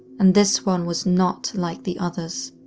and this one was not like the others.